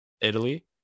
Italy